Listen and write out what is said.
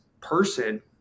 person